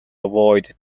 avoid